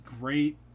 great